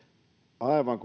aivan